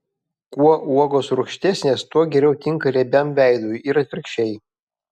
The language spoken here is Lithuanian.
kuo uogos rūgštesnės tuo geriau tinka riebiam veidui ir atvirkščiai